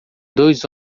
dois